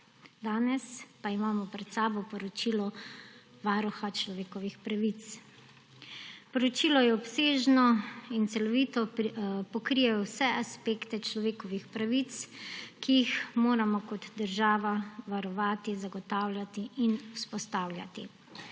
Danes pa imamo pred sabo poročilo Varuha človekovih pravic. Poročilo je obsežno in celovito pokrije vse aspekte človekovih pravic, ki jih moramo kot država varovati, zagotavljati in vzpostavljati.